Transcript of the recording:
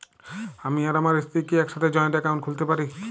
আমি আর আমার স্ত্রী কি একসাথে জয়েন্ট অ্যাকাউন্ট খুলতে পারি?